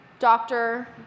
Doctor